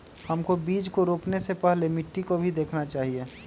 हमको बीज को रोपने से पहले मिट्टी को भी देखना चाहिए?